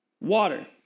Water